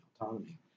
autonomy